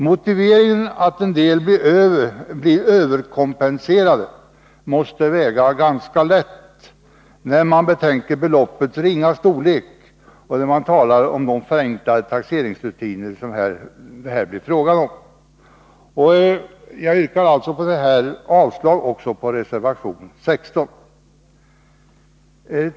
Motiveringen att en del blir överkompenserade måste väga ganska lätt när man betänker beloppets ringa storlek och de förenklade taxeringsrutiner som det här blir fråga om. Jag yrkar alltså avslag också på reservation 16.